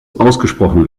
ausgesprochen